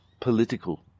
political